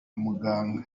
muganga